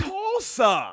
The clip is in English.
Tulsa